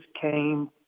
came